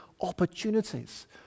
opportunities